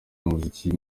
muzika